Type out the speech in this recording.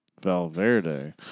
Valverde